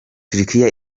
turkiya